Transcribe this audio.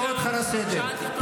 תקרא אותי, אם אתה רוצה.